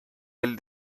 del